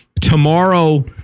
tomorrow